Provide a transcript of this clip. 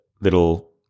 little